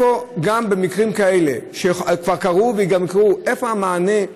גם במקרים כאלה, שכבר קרו, וגם יקרו, איפה המענה,